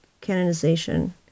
canonization